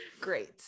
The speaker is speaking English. great